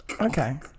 Okay